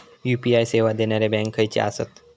UPI सेवा देणारे bank खयचे आसत?